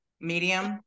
medium